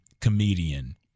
comedian